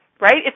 right